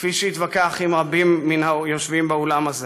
כפי שהתווכח עם רבים מהיושבים באולם הזה.